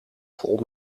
vol